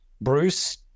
Bruce